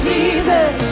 Jesus